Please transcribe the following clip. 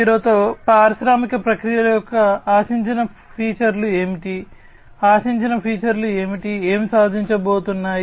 0 తో పారిశ్రామిక ప్రక్రియల యొక్క ఆశించిన ఫీచర్లు ఏమిటి ఏమి సాధించబోతున్నాయి